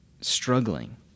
struggling